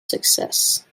success